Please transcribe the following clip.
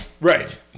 Right